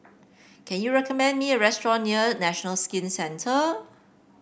can you recommend me a restaurant near National Skin Centre